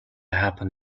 happen